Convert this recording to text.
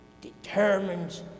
determines